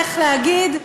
איך להגיד?